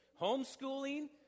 homeschooling